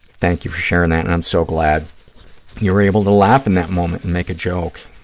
thank you for sharing that, and i'm so glad you were able to laugh in that moment and make a joke